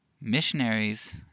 Missionaries